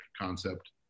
concept